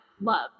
love